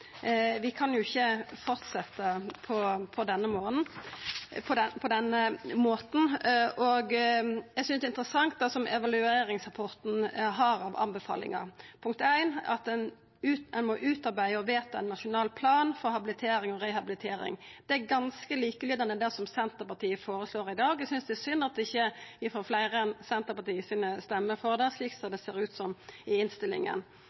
Vi kan ikkje fortsetja på denne måten, og eg synest det er interessant det evalueringsrapporten har av tilrådingar – for det første at ein må utarbeida og vedta ein nasjonal plan for habilitering og rehabilitering. Det er ganske likelydande det som Senterpartiet føreslår i dag, og eg synest det er synd at vi ikkje får fleire stemmer enn dei frå Senterpartiet for det, slik det ser ut i innstillinga.